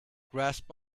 grasp